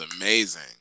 amazing